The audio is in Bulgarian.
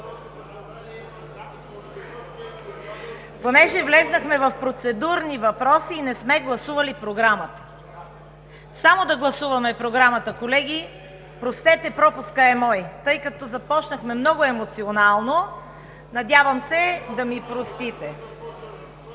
Понеже влязохме в процедурни въпроси и не сме гласували Програмата. Да гласуваме Програмата! Колеги, простете, пропускът е мой, тъй като започнахме много емоционално. Надявам се да ми простите.